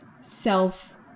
self